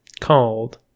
called